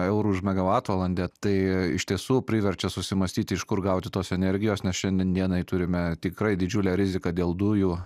eurų už megavatvalandę tai iš tiesų priverčia susimąstyti iš kur gauti tos energijos nes šiandien dienai turime tikrai didžiulę riziką dėl dujų